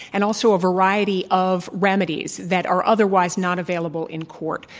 and also a variety of remedies that are otherwise not available in court.